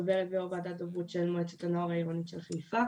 דוברת ויושבת ראש וועדת התרבות של מועצת הנוער העירונית של חיפה.